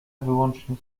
wyłącznie